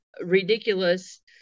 ridiculous